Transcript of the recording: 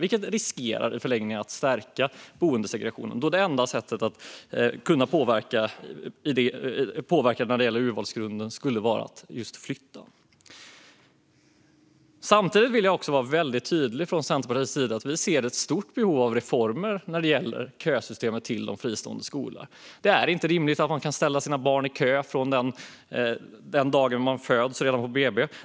Det riskerar i förlängningen att stärka boendesegregationen eftersom det enda sättet att påverka urvalsgrunden skulle vara att just flytta. Samtidigt vill jag också vara väldigt tydlig med att vi från Centerpartiets sida ser ett stort behov av reformer när det gäller kösystemet till de fristående skolorna. Det är inte rimligt att man kan ställa sina barn i kö från den dagen de föds, redan på BB.